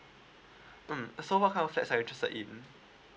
mm so what kind of flat are you interested in